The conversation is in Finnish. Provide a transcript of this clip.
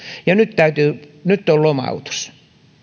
ja nyt on lomautus